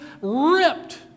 ripped